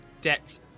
dex